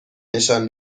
نشان